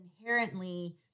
inherently